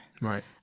Right